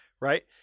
right